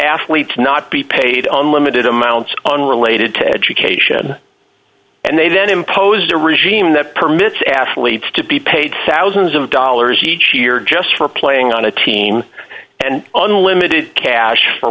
athletes not be paid on limited amounts on related to education and they then imposed a regime that permits athletes to be paid thousands of dollars each year just for playing on a team and unlimited cash for